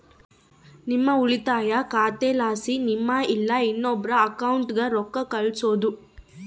ನಿಮ್ಮ ಉಳಿತಾಯ ಖಾತೆಲಾಸಿ ನಿಮ್ಮ ಇಲ್ಲಾ ಇನ್ನೊಬ್ರ ಅಕೌಂಟ್ಗೆ ರೊಕ್ಕ ಕಳ್ಸೋದು